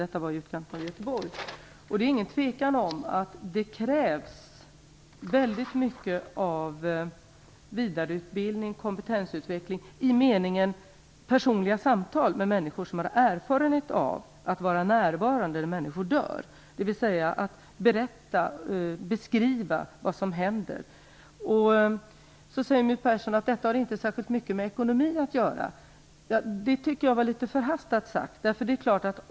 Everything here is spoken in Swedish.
Det är ingen tvekan om att det krävs väldigt mycket av vidareutbildning och kompetensutveckling i meningen personliga samtal med människor som har erfarenhet av att vara närvarande när människor dör, att berätta och beskriva vad som händer. My Persson säger att detta inte har så särskilt mycket med ekonomi att göra. Jag tycker att det var litet förhastat sagt.